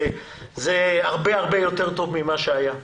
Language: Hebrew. זה הרבה הרבה יותר טוב ממה שהיה.